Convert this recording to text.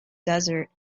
desert